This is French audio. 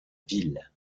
ville